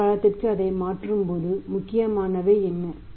குறுகிய காலத்திற்கு அதை மாற்றும்போது முக்கியமானவை என்ன